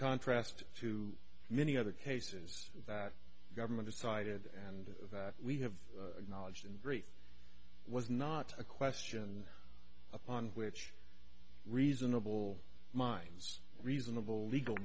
contrast to many other cases that government decided and we have knowledge and grief was not a question upon which reasonable minds reasonable legal